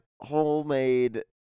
Homemade